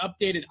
updated